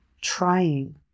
trying